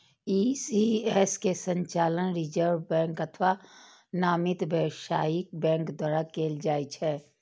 ECS के संचालन reserve bank अथवा नामित व्यावसायिक बैंक द्वारा कैल जाइ छै